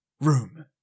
Room